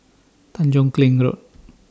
Tanjong Kling Road